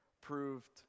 proved